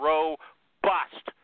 Robust